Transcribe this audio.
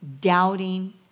doubting